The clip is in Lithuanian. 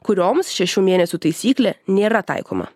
kurioms šešių mėnesių taisyklė nėra taikoma